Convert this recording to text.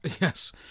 Yes